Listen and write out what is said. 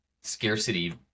scarcity